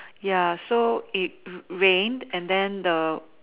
ya so it rained and then the